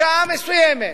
בשעה מסוימת,